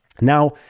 now